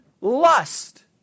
lust